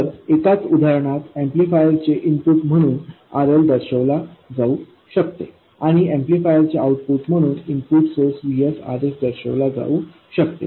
तर एकाच उदाहरणात ऍम्प्लिफायरचे इनपुट म्हणून RL दर्शवला जाऊ शकते आणि ऍम्प्लिफायरचे आउटपुट म्हणून इनपुट सोर्स VSRS दर्शवला जाऊ शकते